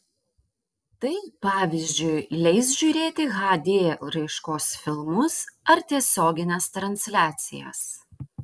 tai pavyzdžiui leis žiūrėti hd raiškos filmus ar tiesiogines transliacijas